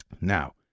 Now